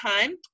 time